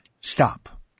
Stop